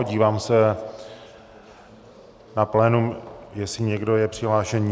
Dívám se na plénum, jestli někdo je přihlášen.